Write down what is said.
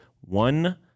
one